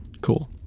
Cool